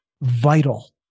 vital